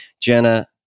Jenna